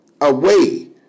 away